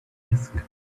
desk